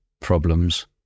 problems